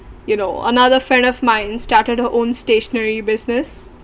you know another friend of mine started her own stationery business